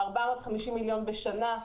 450 מיליון נסיעות בשנה.